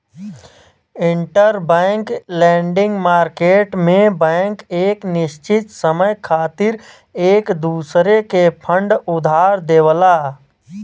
interbank lending market में bank एक निश्चित समय खातिर एक दूसरे के फंड उधार देवला